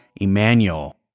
Emmanuel